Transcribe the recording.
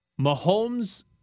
Mahomes